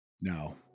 no